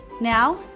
Now